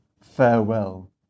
farewell